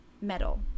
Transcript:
metal